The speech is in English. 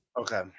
Okay